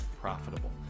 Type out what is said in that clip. profitable